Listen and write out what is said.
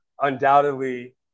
undoubtedly